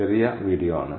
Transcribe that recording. ചെറിയ വീഡിയോ ആണ്